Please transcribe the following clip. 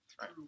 Right